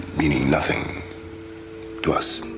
meaning nothing to us.